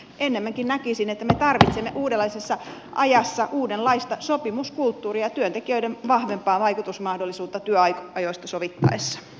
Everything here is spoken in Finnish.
ennemminkin näkisin että me tarvitsemme uudenlaisessa ajassa uudenlaista sopimuskulttuuria ja työntekijöiden vahvempaa vaikutusmahdollisuutta työajoista sovittaessa